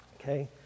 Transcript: Okay